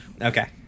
Okay